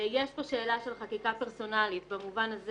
יש פה שאלה של חקיקה פרסונלית, במובן הזה